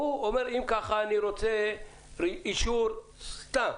הוא אומר: אם ככה, אני רוצה אישור סתם